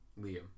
Liam